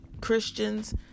Christians